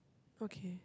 okay